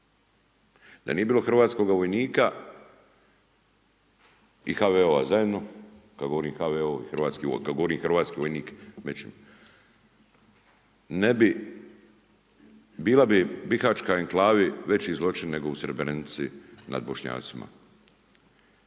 Da nije bilo hrvatskoga vojnika i HVO-a zajedno, kad govorim HVO, kad govorim hrvatski vojnik, ne bi bila bi u bihačkoj enklavi veći zločin nego u Srebrenici nad Bošnjacima.